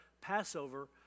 Passover